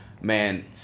man